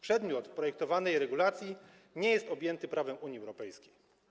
Przedmiot projektowanej regulacji nie jest objęty prawem Unii Europejskiej.